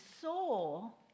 soul